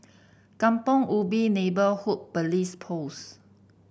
Kampong Ubi Neighbourhood Police Post